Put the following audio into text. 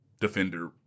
defender